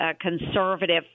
conservative